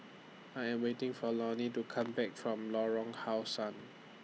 I Am waiting For Lorne to Come Back from Lorong How Sun